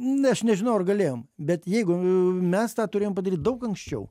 n aš nežinau ar galėjom bet jeigu mes tą turėjom padaryt daug anksčiau